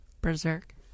berserk